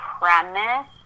premise